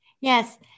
yes